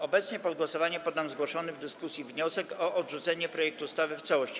Obecnie pod głosowanie poddam zgłoszony w dyskusji wniosek o odrzucenie projektu ustawy w całości.